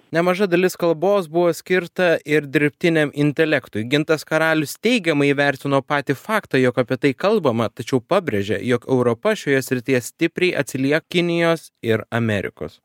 nemaža dalis kalbos buvo skirta ir dirbtiniam intelektui gintas karalius teigiamai įvertino patį faktą jog apie tai kalbama tačiau pabrėžė jog europa šioje srityje stipriai atsilie kinijos ir amerikos